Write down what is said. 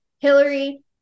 Hillary